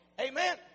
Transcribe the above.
Amen